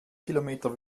kilometer